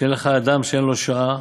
שאין לך אדם שאין לו שעה,